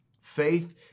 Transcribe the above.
Faith